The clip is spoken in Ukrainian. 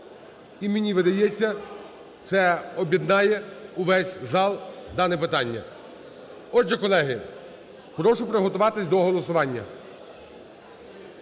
І мені видається це об'єднає увесь зал дане питання. Отже, колеги, прошу приготуватись до голосування.